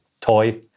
toy